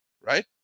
Right